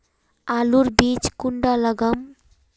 आलूर बीज कुंडा लगाम?